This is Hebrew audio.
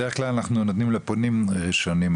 בדרך כלל אנחנו נותנים לפונים לדבר ראשונים,